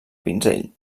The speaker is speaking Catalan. pinzell